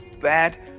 bad